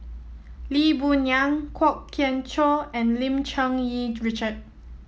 Lee Boon Yang Kwok Kian Chow and Lim Cherng Yih Richard